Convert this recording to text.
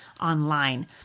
online